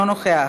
אינו נוכח,